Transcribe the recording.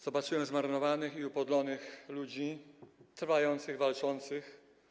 Zobaczyłem zmarnowanych i upodlonych ludzi, trwających, walczących.